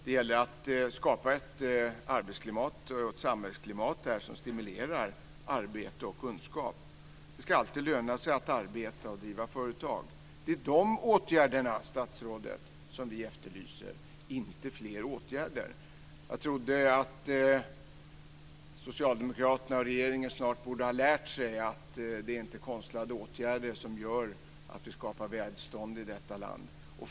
Det gäller att skapa ett arbetsklimat och ett samhällsklimat som stimulerar arbete och kunskap. Det ska alltid löna sig att arbeta och att driva företag. Det är dessa åtgärder som vi efterlyser, statsrådet, inte fler åtgärder. Jag trodde att Socialdemokraterna och regeringen borde ha lärt sig att det inte är konstlade åtgärder som gör att vi skapar välstånd i detta land.